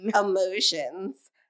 emotions